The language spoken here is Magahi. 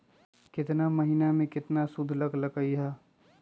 केतना महीना में कितना शुध लग लक ह?